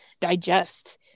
digest